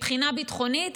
מבחינה ביטחונית,